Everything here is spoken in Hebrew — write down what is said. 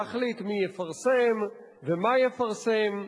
להחליט מי יפרסם ומה יפרסם,